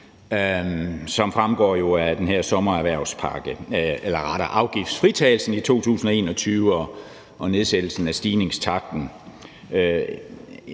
rettere afgiftsfritagelsen i 2021 og nedsættelsen af stigningstakten.